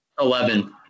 Eleven